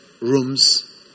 rooms